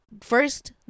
first